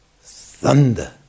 Thunder